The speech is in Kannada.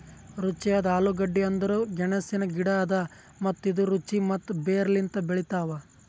ರುಚಿಯಾದ ಆಲೂಗಡ್ಡಿ ಅಂದುರ್ ಗೆಣಸಿನ ಗಿಡ ಅದಾ ಮತ್ತ ಇದು ರುಚಿ ಮತ್ತ ಬೇರ್ ಲಿಂತ್ ಬೆಳಿತಾವ್